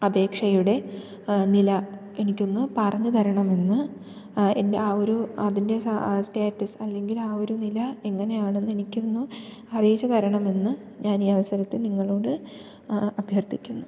അപേക്ഷയുടെ നില എനിക്കൊന്നു പറഞ്ഞുതരണമെന്ന് എൻ്റെ ആ ഒരു അതിൻ്റെ സാ സ്റ്റാറ്റസ് അല്ലെങ്കിൽ ആ ഒരു നില എങ്ങനെയാണെന്ന് എനിക്കൊന്നു അറിയിച്ചു തരണമെന്ന് ഞാൻ ഈ അവസരത്തിൽ നിങ്ങളോട് അഭ്യർത്ഥിക്കുന്നു